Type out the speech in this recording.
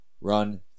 Run